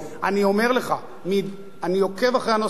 אני אומר לך, אני עוקב אחרי הנושא הזה.